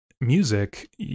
music